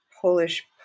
Polish